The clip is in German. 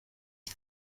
mit